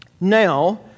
Now